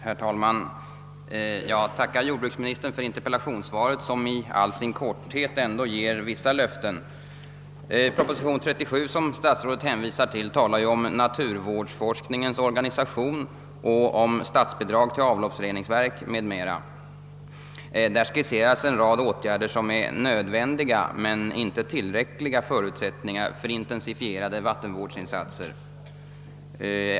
Herr talman! Jag tackar jordbruksministern för interpellationssvaret som i all sin korthet ändå ger vissa löften. Proposition nr 37 som statsrådet hänvisade till talar om en naturvårdsforskningens organisation och om statsbidrag till avloppsreningsverk m.m. Där skisseras en rad åtgärder som är nödvändiga men inte tillräckliga förutsättningar för intensifierade vattenvårdsinsatser.